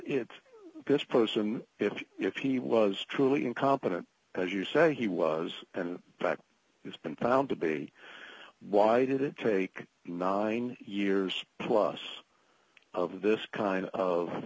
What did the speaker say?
it's this person if if he was truly incompetent as you say he was and backed has been found to be why did it take nine years plus of this kind of